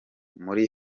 muri